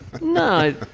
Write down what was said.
No